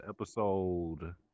episode